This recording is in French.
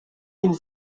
une